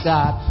God